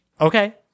Okay